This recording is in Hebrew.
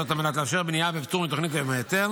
זאת על מנת לאפשר בנייה בפטור מתוכנית ומהיתר